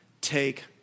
take